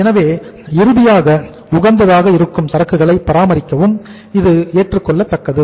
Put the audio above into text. எனவே இறுதியாக உகந்ததாக இருக்கும் சரக்குகளை பராமரிக்கவும் இது ஏற்றுக் கொள்ளத்தக்கது